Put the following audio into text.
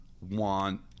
want